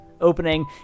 opening